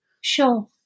Sure